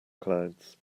clouds